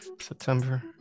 September